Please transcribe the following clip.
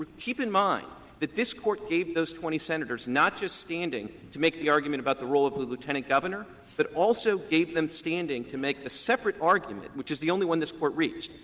keep in mind that this court gave those twenty senators not just standing to make the argument about the role of the lieutenant governor, but also gave them standing to make the separate argument, which is the only one this court reached,